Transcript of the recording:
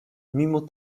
mimo